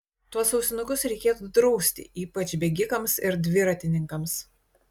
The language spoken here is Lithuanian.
tuos ausinukus reikėtų drausti ypač bėgikams ir dviratininkams